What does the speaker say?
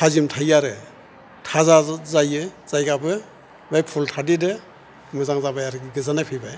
थाजिम थायो आरो थाजा जायो जायगायाबो बाय फुल थादेरो मोजां जाबाय आरिखि गोजोननाय फैबाय